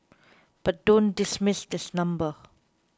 but don't dismiss this number